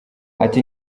ati